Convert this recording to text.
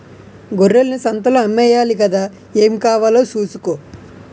గొర్రెల్ని సంతలో అమ్మేయాలి గదా ఏం కావాలో సూసుకో